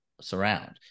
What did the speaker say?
surround